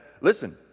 listen